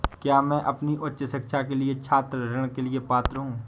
क्या मैं अपनी उच्च शिक्षा के लिए छात्र ऋण के लिए पात्र हूँ?